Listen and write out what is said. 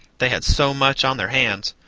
they had so much on their hands.